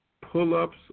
pull-ups